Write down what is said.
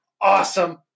Awesome